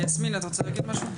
יסמין, את רוצה להגיד משהו?